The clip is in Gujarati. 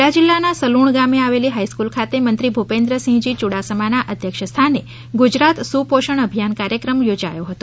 ખેડા જિલ્લાના સલુણ ગામે આવેલી હાઇસ્કૂલ ખાતે મંત્રી શ્રી ભુપેન્દ્રસિંહજી યુડાસમાના અધ્યક્ષ સ્થાને ગુજરાત સુપોષણ અભિયાન અંતર્ગત કાર્યક્રમ યોજાયો હતો